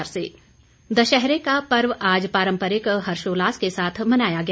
दशहरा दशहरे का पर्व आज पारंपरिक हर्षोल्लास के साथ मनाया गया